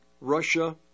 Russia